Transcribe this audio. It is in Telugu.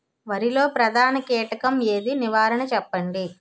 వరిలో ప్రధాన కీటకం ఏది? నివారణ చెప్పండి?